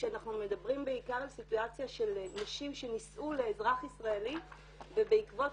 כשאנחנו מדברים בעיקר על סיטואציה של נשים שנישאו לאזרח ישראלי ובעקבות